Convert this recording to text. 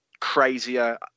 crazier